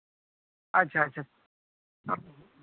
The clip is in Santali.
ᱟᱪᱪᱷᱟ ᱟᱪᱪᱷᱟ